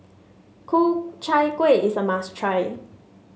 Ku Chai Kuih is a must try